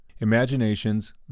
Imaginations